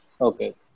Okay